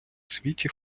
світі